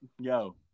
Yo